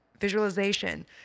visualization